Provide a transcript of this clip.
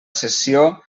cessió